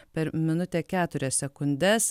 per minutę keturias sekundes